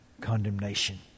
condemnation